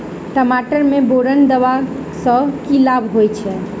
टमाटर मे बोरन देबा सँ की लाभ होइ छैय?